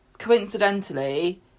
Coincidentally